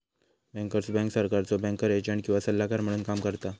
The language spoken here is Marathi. बँकर्स बँक सरकारचो बँकर एजंट किंवा सल्लागार म्हणून काम करता